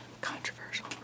Controversial